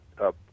up